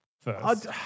first